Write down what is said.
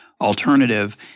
alternative